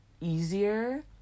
easier